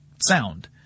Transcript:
sound